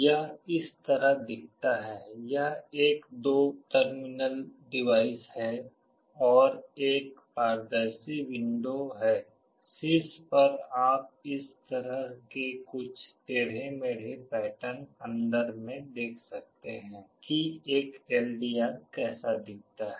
यह इस तरह दिखता है यह एक दो टर्मिनल डिवाइस है और एक पारदर्शी विंडो है शीर्ष पर आप इस तरह के कुछ टेढ़े मेढ़े पैटर्न अंदर में देख सकते हैं कि एक एलडीआर कैसा दिखता है